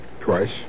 twice